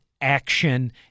action